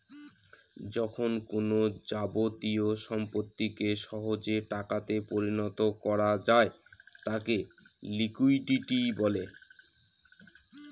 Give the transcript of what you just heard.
যখন কোনো যাবতীয় সম্পত্তিকে সহজে টাকাতে পরিণত করা যায় তাকে লিকুইডিটি বলে